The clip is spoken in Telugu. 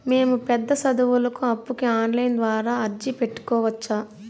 మేము పెద్ద సదువులకు అప్పుకి ఆన్లైన్ ద్వారా అర్జీ పెట్టుకోవచ్చా?